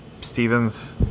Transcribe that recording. Stevens